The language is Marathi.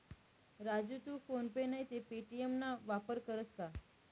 राजू तू फोन पे नैते पे.टी.एम ना वापर करस का?